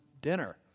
dinner